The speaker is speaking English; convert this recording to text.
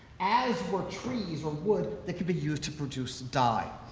as were trees or wood that could be used to produce dye.